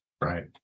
right